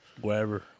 wherever